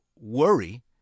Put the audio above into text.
worry